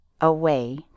away